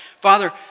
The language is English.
Father